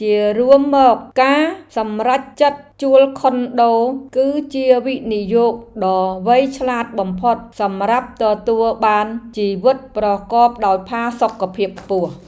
ជារួមមក ការសម្រេចចិត្តជួលខុនដូគឺជាវិនិយោគដ៏វៃឆ្លាតបំផុតសម្រាប់ទទួលបានជីវិតប្រកបដោយផាសុកភាពខ្ពស់។